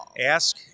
ask